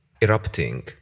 erupting